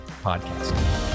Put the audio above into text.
podcast